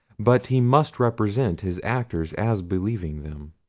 but he must represent his actors as believing them.